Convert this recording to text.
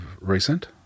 recent